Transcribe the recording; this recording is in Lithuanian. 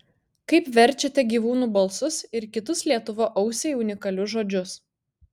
kaip verčiate gyvūnų balsus ir kitus lietuvio ausiai unikalius žodžius